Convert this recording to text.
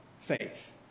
faith